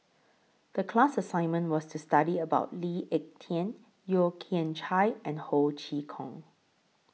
The class assignment was to study about Lee Ek Tieng Yeo Kian Chye and Ho Chee Kong